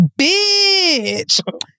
bitch